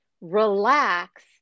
relax